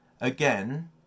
again